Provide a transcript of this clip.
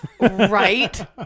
Right